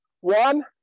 one